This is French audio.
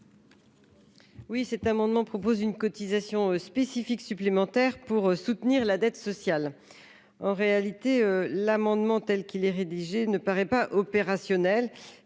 Oui, cet amendement propose une cotisation spécifique supplémentaire pour soutenir la dette sociale, en réalité, l'amendement telle qu'il est rédigé ne paraît pas opérationnelle